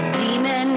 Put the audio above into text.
demon